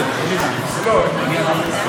עד ארבע דקות לרשותך, אדוני.